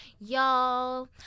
y'all